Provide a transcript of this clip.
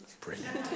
Brilliant